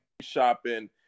shopping